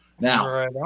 now